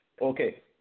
Okay